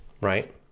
right